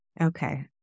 Okay